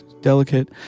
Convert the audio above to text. delicate